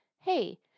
hey